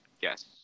yes